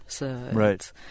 Right